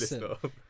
listen